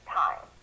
time